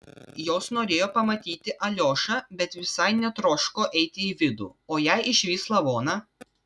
jos norėjo pamatyti aliošą bet visai netroško eiti į vidų o jei išvys lavoną